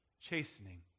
chastening